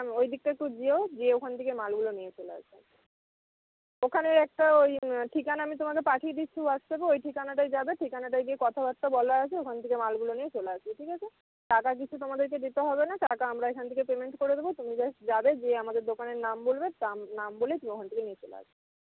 ওইদিকটা একটু যেও যেয়ে ওইখান থেকে মালগুলো নিয়ে চলে আসবে ওখানে একটা ওই ঠিকানা আমি তোমাকে পাঠিয়ে দিচ্ছি হোয়াটসঅ্যাপে ওই ঠিকানাটাতে যাবে ঠিকানাটায় গিয়ে কথাবার্তা বলা আছে ওখান থেকে মালগুলো নিয়ে চলে আসবে ঠিক আছে টাকা কিছু তোমাদেরকে দিতে হবেনা টাকা আমরা এইখান থেকে পেমেন্ট করে দেবো তুমি জাস্ট যাবে গিয়ে আমাদের দোকানের নাম বলবে নাম বলে তুমি ওইখান থেকে নিয়ে চলে আসবে